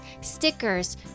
stickers